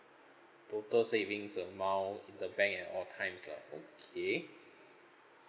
total savings amount in the bank at all times lah okay